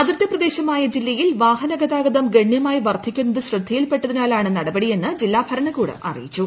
അതിർത്തി പ്രദേശമായ ജില്ലയിൽ വാഹനഗതാഗതം ഗണ്യമായി വർദ്ധിക്കുന്നത് ശ്രദ്ധയിൽപ്പെട്ടതിനാലാണ് നടപടിയെന്ന് ജില്ലാ ഭരണകൂടം അറിയിച്ചു